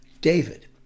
David